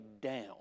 down